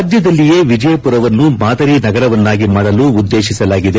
ರಾಜ್ಯದಲ್ಲಿಯೇ ವಿಜಯಪುರವನ್ನು ಮಾದರಿ ನಗರವನ್ನಾಗಿ ಮಾಡಲು ಉದ್ದೇಶಿಸಲಾಗಿದೆ